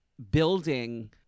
building